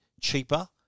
cheaper